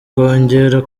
kongera